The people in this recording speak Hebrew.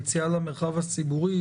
אבל יציאה למרחב הציבורי